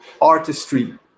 artistry